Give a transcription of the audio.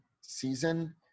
season